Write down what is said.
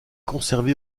conservé